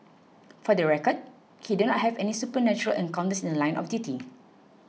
for the record he did not have any supernatural encounters in The Line of duty